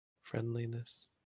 friendliness